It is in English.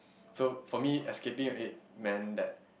so for me escaping it meant that